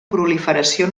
proliferació